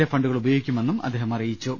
A ഫണ്ടുകൾ ഉപയോഗിക്കുമെന്നും അദ്ദേഹം പറഞ്ഞു